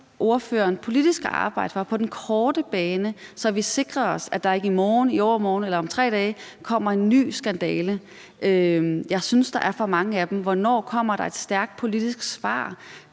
ordføreren politisk at arbejde for på den korte bane, så vi sikrer os, at der ikke i morgen, i overmorgen eller om 3 dage kommer en ny skandale? Jeg synes, der er for mange af dem. Hvornår kommer der et stærkt politisk svar,